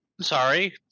sorry